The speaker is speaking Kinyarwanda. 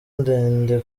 ndende